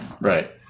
Right